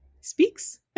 speaks